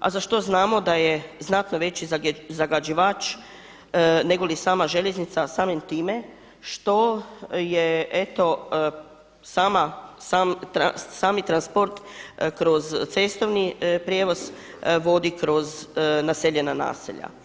a za što znamo da je znatno veći zagađivač negoli sama željeznica, a samim time što je eto sami transport kroz cestovni prijevoz vodi kroz naseljena naselja.